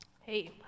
Hey